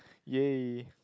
yay